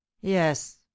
Yes